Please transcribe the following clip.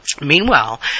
Meanwhile